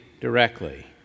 directly